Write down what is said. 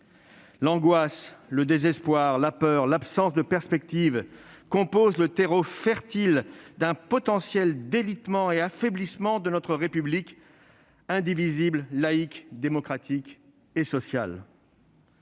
L'angoisse, le désespoir, la peur, l'absence de perspectives composent le terreau fertile d'un potentiel délitement et affaiblissement de notre République indivisible, laïque, démocratique et sociale.